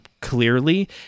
clearly